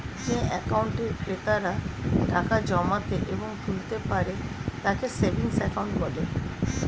যে অ্যাকাউন্টে ক্রেতারা টাকা জমাতে এবং তুলতে পারে তাকে সেভিংস অ্যাকাউন্ট বলে